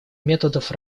методов